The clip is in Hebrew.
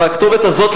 והכתובת הזאת,